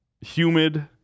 humid